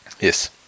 Yes